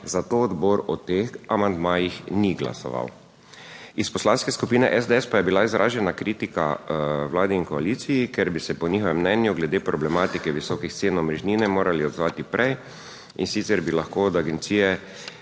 zato odbor o teh amandmajih ni glasoval. Iz Poslanske skupine SDS pa je bila izražena kritika vladi in koaliciji, ker bi se po njihovem mnenju glede problematike visokih cen omrežnine morali odzvati prej, in sicer bi lahko od agencije